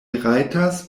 rajtas